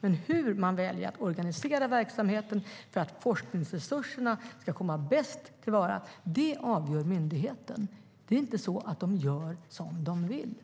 Men hur man väljer att organisera verksamheten för att forskningsresurserna bäst ska kunna tas till vara, det avgör myndigheten. Det är inte så att myndigheten gör som den vill.